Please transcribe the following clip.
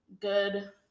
good